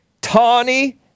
Tawny